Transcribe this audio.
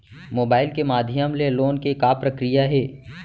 Mobile के माधयम ले लोन के का प्रक्रिया हे?